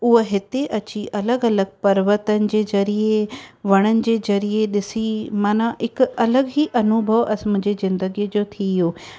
उहा हिते अची अलॻि अलॻि पर्वतनि जे ज़रिए वणनि जे ज़रिए ॾिसी माना हिक अलॻि ई अनुभव असि मुंहिंजी ज़िंदगीअ जो थी वियो